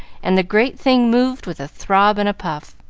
and the great thing moved with a throb and a puff.